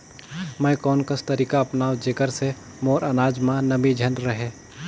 मैं कोन कस तरीका अपनाओं जेकर से मोर अनाज म नमी झन रहे?